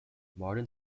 martin